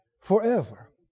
forever